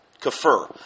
kafir